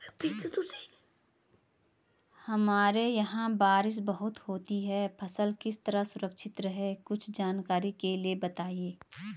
हमारे यहाँ बारिश बहुत होती है फसल किस तरह सुरक्षित रहे कुछ जानकारी के लिए बताएँ?